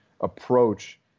approach